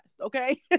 okay